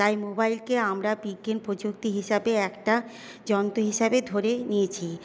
তাই মোবাইলকে আমরা বিজ্ঞান প্রযুক্তি হিসাবে একটা যন্ত্র হিসাবে ধরে নিয়েছি